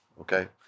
okay